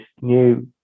new